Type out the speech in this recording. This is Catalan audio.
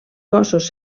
cossos